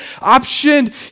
option